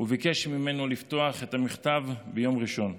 וביקש ממנו לפתוח את המכתב ביום ראשון.